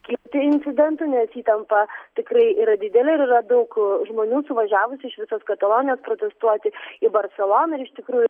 kilti incidentų nes įtampa tikrai yra didelė ir yra daug žmonių suvažiavusių iš visos katalonijos protestuoti į barseloną ir iš tikrųjų